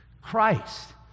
Christ